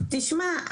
תשמע,